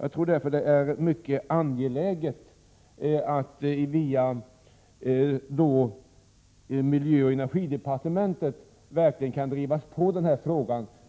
Jag tror därför att det är mycket angeläget att frågan verkligen kan drivas via miljöoch energidepartementet,